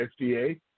FDA